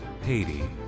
Haiti